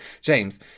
James